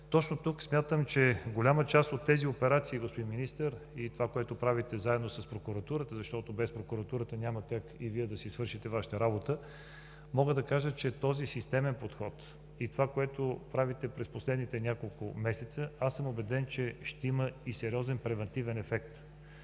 Точно тук смятам, че голяма част от тези операции, господин Министър, и това, което правите заедно с прокуратурата, защото без прокуратурата няма как и Вие да си свършите Вашата работа, мога да кажа, че този системен подход и това, което правите през последните няколко месеца, аз съм убеден, че ще има и сериозен превантивен ефект.